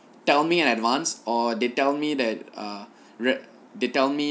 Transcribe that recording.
tell me in advance or they tell me that uh they tell me